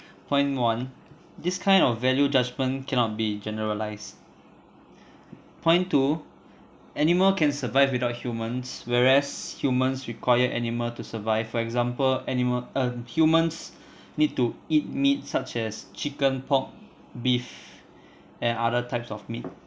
point one this kind of value judgment cannot be generalized point two animal can survive without humans whereas humans require animal to survive for example animal err humans need to eat meat such as chicken pork beef and other types of meat